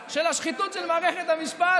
תתמקד בתפקיד שלך עכשיו.